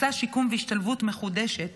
מסע שיקום והשתלבות מחודשת